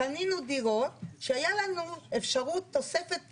קנינו דירות שהיה לנו אפשרות תוספת קנייה,